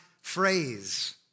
phrase